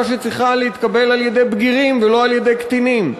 שצריכה להתקבל על-ידי בגירים ולא על-ידי קטינים.